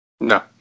No